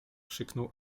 krzyknął